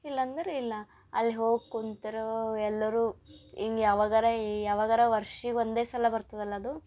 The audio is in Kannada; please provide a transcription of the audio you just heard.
ಇಲ್ಲಂದ್ರೆ ಇಲ್ಲ ಅಲ್ಲಿ ಹೋಗಿ ಕೂತ್ರೂ ಎಲ್ಲರೂ ಹಿಂಗ್ ಯಾವಾಗರ ಯಾವಾಗರ ವರ್ಷಿಗೆ ಒಂದೇ ಸಲ ಬರ್ತದಲ್ಲ ಅದು